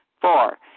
Four